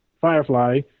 Firefly